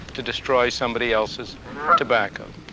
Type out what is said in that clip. to destroy somebody else's tobacco.